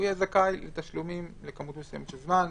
יהיה זכאי לתשלומים לכמות מסוימת של זמן,